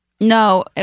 No